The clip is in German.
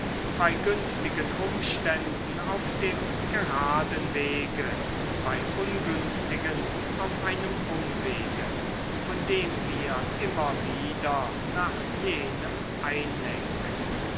bei günstigen umständen auf dem geraden wege bei ungünstigen auf einem umwege von dem wir immer wieder nach jenem einlenken